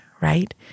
right